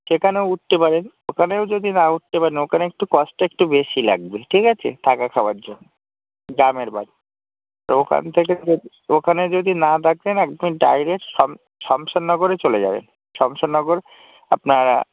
সেখানেও উঠতে পারেন ওখানেও যদি না উঠতে পারেন ওখানে একটু কস্টটা একটু বেশি লাগবে ঠিক আছে থাকা খাওয়ার জন্য গ্রামের বাড়ি তো ওখান থেকে যদি ওখানে যদি না থাকেন একদম ডাইরেক্ট সম সমসননগরে চলে যাবেন সমসননগর আপনার